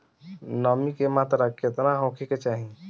नमी के मात्रा केतना होखे के चाही?